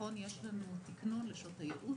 בתיכון יש לנו תיקנון לשעות הייעוץ